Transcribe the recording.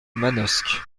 manosque